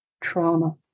trauma